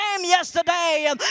yesterday